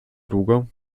długo